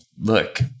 look